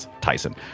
tyson